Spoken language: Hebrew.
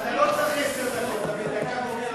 אתה לא צריך עשר דקות, אתה בדקה גומר הכול.